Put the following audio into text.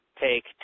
take